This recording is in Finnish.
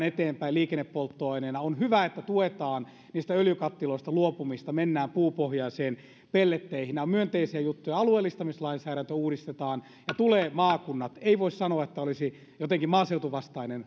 eteenpäin liikennepolttoaineena on hyvä että tuetaan öljykattiloista luopumista ja mennään puupohjaiseen pelletteihin nämä ovat myönteisiä juttuja alueellistamislainsäädäntö uudistetaan ja tulee maakunnat ei voi sanoa että olisi jotenkin maaseutuvastainen